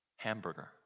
Hamburger